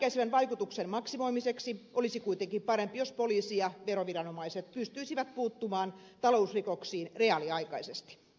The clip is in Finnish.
ennalta ehkäisevän vaikutuksen maksimoimiseksi olisi kuitenkin parempi jos poliisi ja veroviranomainen pystyisivät puuttumaan talousrikoksiin reaaliaikaisesti